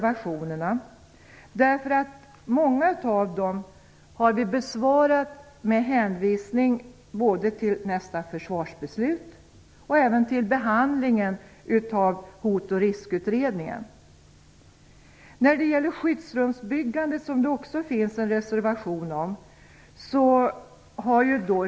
Vi har besvarat många av dem med hänvisning till nästa försvarsbeslut och även till behandlingen av Hot och riskutredningen. Det finns också en reservation om skyddsrumsbyggande.